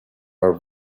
are